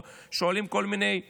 שואלים כל מיני שאלות,